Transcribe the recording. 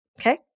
okay